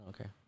Okay